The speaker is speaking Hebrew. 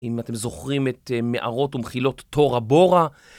אם אתם זוכרים את מערות ומחילות תורה בורה.